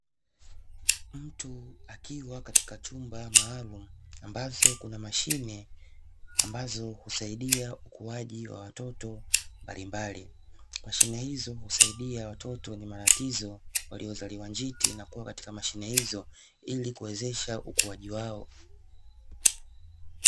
Mtu akiwa katika chumba maalumu ambazo kuna mashine ambazo husaidia ukuaji wa watoto mbalimbali, mashine hizo husaidia watoto wenye matatizo waliozaliwa njiti na kuwa katika mashine hizo ili kuwezesha ukuaji wao.